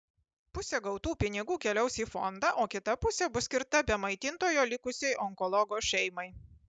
pusė gautų pinigų keliaus į fondą o kita pusė bus skirta be maitintojo likusiai onkologo šeimai